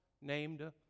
named